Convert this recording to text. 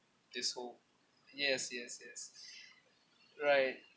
this whole yes yes yes right